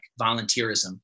volunteerism